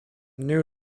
new